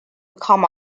come